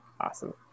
Awesome